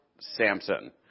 Samson